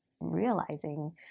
realizing